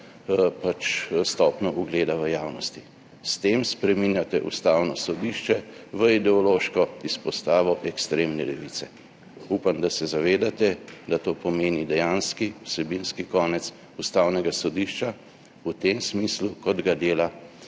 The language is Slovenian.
stopnjo ugleda v javnosti. S tem spreminjate Ustavno sodišče v ideološko izpostavo ekstremne levice. Upam, da se zavedate, da to pomeni dejanski vsebinski konec Ustavnega sodišča v tem smislu, kot ga dela,